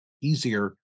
easier